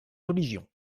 religion